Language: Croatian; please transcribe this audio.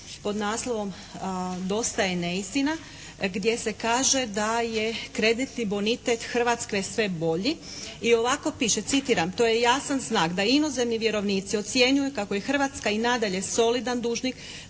pod naslovom "Dosta je neistina" gdje se kaže da je kreditni bonitet Hrvatskoj sve bolji i ovako piše, citiram: "To je jasan znak da inozemni vjerovnici ocjenjuju kako je Hrvatska i nadalje solidan dužnik,